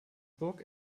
burg